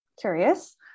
curious